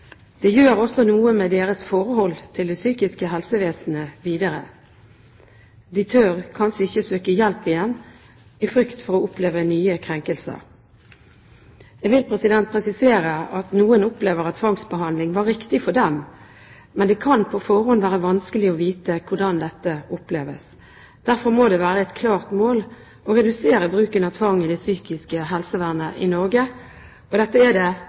Det gjør også noe med deres forhold til det psykiske helsevesenet videre. De tør kanskje ikke søke hjelp igjen i frykt for å oppleve nye krenkelser. Jeg vil presisere at noen opplever at tvangsbehandling var riktig for dem, men det kan på forhånd være vanskelig å vite hvordan dette oppleves. Derfor må det være et klart mål å redusere bruken av tvang i det psykiske helsevernet i Norge. Dette er det